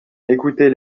écoutez